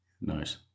Nice